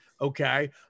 Okay